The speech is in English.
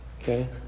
okay